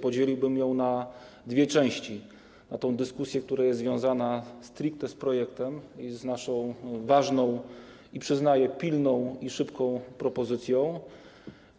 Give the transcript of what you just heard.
Podzieliłbym ją na dwie części: dyskusję, która jest związana stricte z projektem i z naszą ważną i, przyznaję, pilną i szybką propozycją,